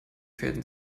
fäden